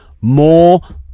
more